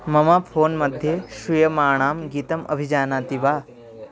मम फ़ोन् मध्ये श्रूयमाणं गितम् अभिजानाति वा